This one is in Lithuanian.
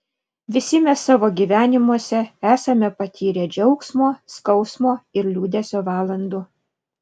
visi mes savo gyvenimuose esame patyrę džiaugsmo skausmo ir liūdesio valandų